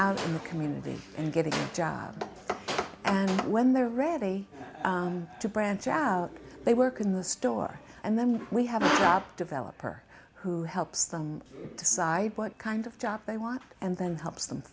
out in the community and getting a job and when they're ready to branch out they work in the store and then we have up developer who helps them decide what kind of job they want and then helps them